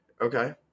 okay